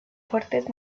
fuertes